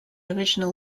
original